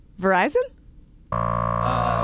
Verizon